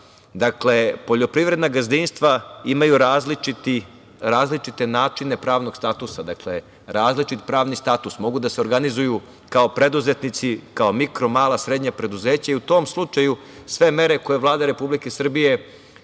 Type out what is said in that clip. dakle, poljoprivredna gazdinstva imaju različite načine pravnog statusa, dakle, različit pravni status. Mogu da se organizuju kao preduzetnici, kao mikro, mala, srednja preduzeća i u tom slučaju sve mere koje je Vlada Republike Srbije